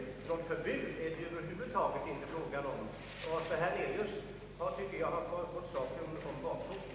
Något förbud är det över huvud taget inte fråga om. Jag anser att herr Hernelius har fått saken om bakfoten.